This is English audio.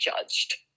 judged